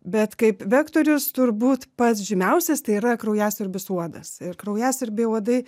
bet kaip vektorius turbūt pats žymiausias tai yra kraujasiurbis uodas ir kraujasiurbiai uodai